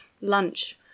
lunch